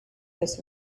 this